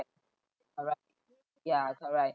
correct ya correct